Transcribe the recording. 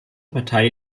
partei